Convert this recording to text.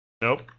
Nope